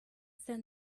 then